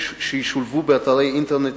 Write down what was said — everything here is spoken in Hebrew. שישולבו באתר האינטרנט